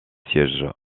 sièges